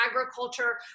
agriculture